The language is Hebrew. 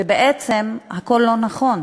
ובעצם הכול לא נכון.